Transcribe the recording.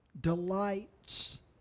delights